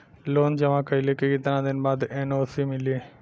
Loan जमा कइले के कितना दिन बाद एन.ओ.सी मिली?